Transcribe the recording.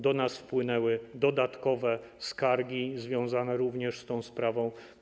Do nas wpłynęły dodatkowe skargi związane również z tą sprawą.